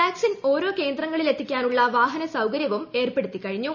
vaccine ഓരോ കേന്ദ്രങ്ങളിലെത്തിക്കാനുള്ള വാഹനസൌകര്യവും ഏർപ്പെടുത്തിക്കഴിഞ്ഞു